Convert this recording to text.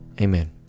Amen